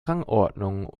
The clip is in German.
rangordnung